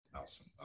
Awesome